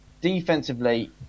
defensively